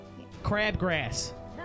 Crabgrass